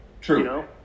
True